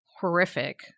horrific